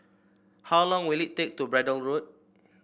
how long will it take to Braddell Road